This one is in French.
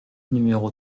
numéro